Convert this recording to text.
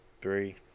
Three